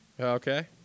Okay